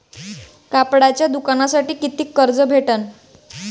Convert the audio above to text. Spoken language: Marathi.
कापडाच्या दुकानासाठी कितीक कर्ज भेटन?